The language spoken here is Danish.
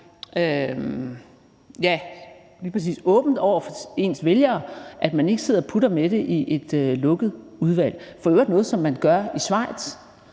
åbent over for ens vælgere, at man ikke sidder og putter med det i et lukket udvalg; for øvrigt noget, som man gør i Schweiz,